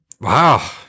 wow